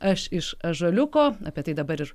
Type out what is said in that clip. aš iš ąžuoliuko apie tai dabar ir